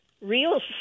real